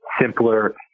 simpler